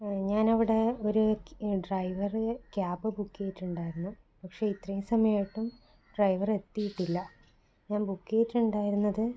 ഞാനവിടെ ഒരു ഡ്രൈവറ ക്യാബ് ബുക്ക് ചെയ്തിട്ടുണ്ടായിരുന്നു പക്ഷേ ഇത്രയും സമയമായിട്ടും ഡ്രൈവര് എത്തിയിട്ടില്ല ഞാന് ബുക്ക് ചെയ്തിട്ടുണ്ടായിരുന്നത്